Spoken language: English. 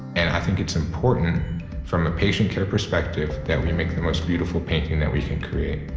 and i think it's important from a patient care perspective that we make the most beautiful painting that we can create